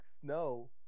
snow